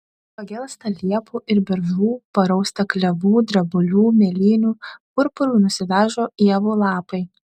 pagelsta liepų ir beržų parausta klevų drebulių mėlynių purpuru nusidažo ievų lapai